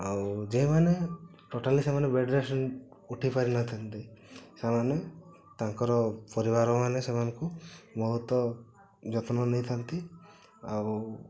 ଆଉ ଯେଉଁମାନେ ଟୋଟାଲି ସେମାନେ ବେଡ଼୍ ରେଷ୍ଟ୍ ଉଠିପାରିନଥାଆନ୍ତି ସେମାନେ ତାଙ୍କର ପରିବାରମାନେ ସେମାନଙ୍କୁ ବହୁତ ଯତ୍ନ ନେଇଥାଆନ୍ତି ଆଉ